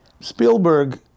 Spielberg